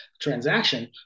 transaction